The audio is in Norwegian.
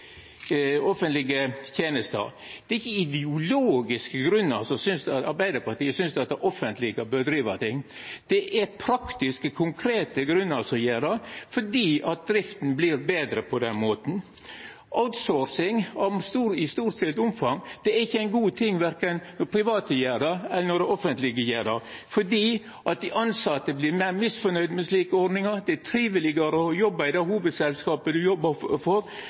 offentlege tenester. Det er ikkje ideologiske grunnar til at Arbeidarpartiet synest at det offentlege bør driva ting. Det er praktiske, konkrete grunnar til det, fordi drifta vert betre på den måten. Outsourcing i storstilt omfang er ikkje ein god ting verken når private gjer det, eller når det offentlege gjer det, fordi dei tilsette vert meir misnøgde med slike ordningar. Det er trivelegare å jobba i det hovudselskapet ein jobbar for,